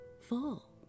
fall